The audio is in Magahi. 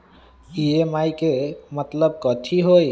ई.एम.आई के मतलब कथी होई?